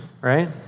right